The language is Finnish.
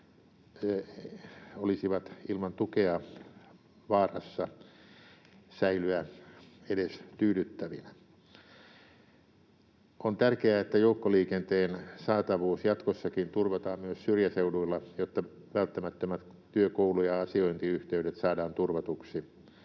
joukkoliikenteen palvelut säilyisi edes tyydyttävinä. On tärkeää, että joukkoliikenteen saatavuus jatkossakin turvataan myös syrjäseuduilla, jotta välttämättömät työ-, koulu- ja asiointiyhteydet saadaan turvatuksi.